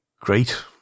great